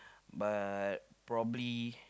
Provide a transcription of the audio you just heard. but probably